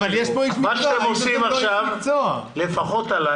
מה שאתם עושים עכשיו לא מקובל עליי.